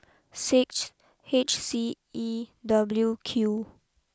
six H C E W Q